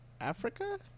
Africa